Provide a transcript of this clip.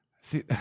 See